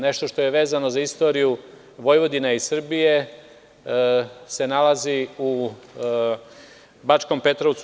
Nešto što je vezano za istoriju Vojvodine i Srbije se nalazi u Bačkom Petrovcu.